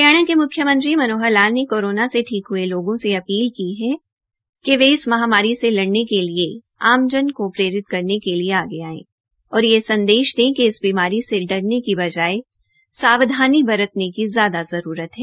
हरियाणा के म्ख्यमंत्री मनोहर लाल ने कोरोना से ठीक हये लोगों से अपील की है कि वे इस महामारी से लड़ने के लिए आमजन को प्रेरित करने के लिए आगे आयें और यह संदेश दे कि इस बीमारी से डरने की बजाय सावधानी बरतने की ज्यादा जरूरत है